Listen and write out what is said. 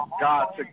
god